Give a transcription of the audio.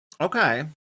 Okay